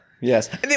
Yes